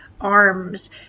arms